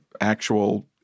actual